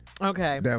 Okay